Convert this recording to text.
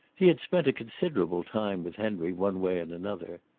he had spent considerable time with henry, one way and another,